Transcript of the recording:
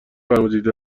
فرمودید